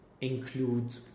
include